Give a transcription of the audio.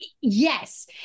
yes